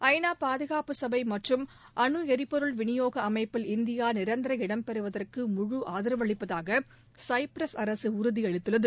ஐ நா பாதுகாப்பு சபை மற்றும் அனுளரிபொருள் விநியோகஅமைப்பில் இந்தியாநிரந்தர இடம் பெறுவதற்கு முழு ஆதரவு அளிப்பதாகசைப்ரஸ் அரசுஉறுதிஅளித்துள்ளது